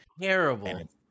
Terrible